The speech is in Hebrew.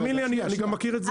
תאמין לי, אני גם מכיר את זה.